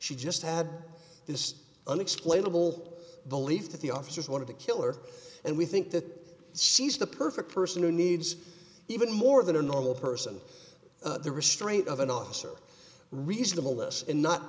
she just had this unexplainable belief that the officer is one of the killer and we think that she's the perfect person who needs even more than a normal person the restraint of an officer reasonableness and not